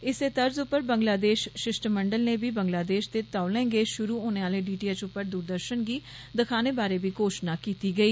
इस्सै तर्ज उप्पर बंगलादेश शिष्टमंडल नै बी बंगलादेश दे तौले गै शुरू होने आले डीटीएच उप्पर दूरदर्शन गी दखाने बारै बी घोषणा कीती गेई